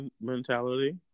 mentality